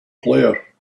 player